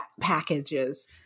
packages